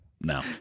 no